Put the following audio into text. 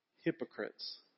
hypocrites